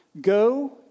Go